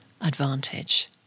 advantage